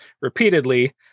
repeatedly